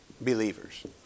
believers